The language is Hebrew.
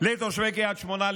לתושבי קריית שמונה,